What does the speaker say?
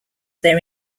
their